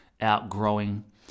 outgrowing